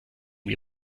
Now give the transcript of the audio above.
die